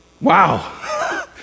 Wow